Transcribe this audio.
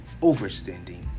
overstanding